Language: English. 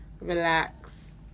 Relax